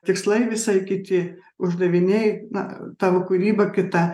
tikslai visai kiti uždaviniai na tavo kūryba kita